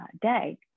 day